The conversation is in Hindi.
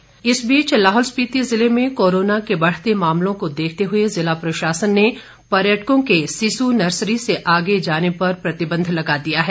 प्रतिबंध लाहौल स्पिति जिले में कोरोना के बढ़ते मामलों को देखते हुए जिला प्रशासन ने पर्यटकों के सिसु नर्सरी से आगे जाने पर प्रतिबंध लगा दिया है